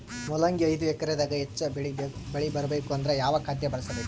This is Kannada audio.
ಮೊಲಂಗಿ ಐದು ಎಕರೆ ದಾಗ ಹೆಚ್ಚ ಬೆಳಿ ಬರಬೇಕು ಅಂದರ ಯಾವ ಖಾದ್ಯ ಬಳಸಬೇಕು?